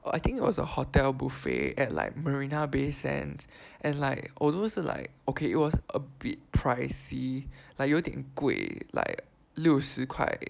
oh I think it was a hotel buffet at like Marina Bay Sands and like although 是 like okay it was a bit pricey like 有点贵 like 六十块